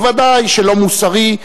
ודאי שלא מוסרי,